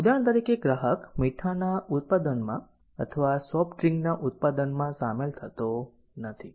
ઉદાહરણ તરીકે ગ્રાહક મીઠાના ઉત્પાદનમાં અથવા સોફ્ટ ડ્રિંકના ઉત્પાદનમાં સામેલ થતો નથી